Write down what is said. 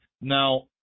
Now